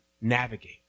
navigate